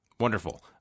Wonderful